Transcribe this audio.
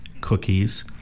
cookies